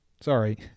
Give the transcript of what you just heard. Sorry